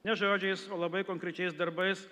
ne žodžiais o labai konkrečiais darbais